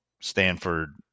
Stanford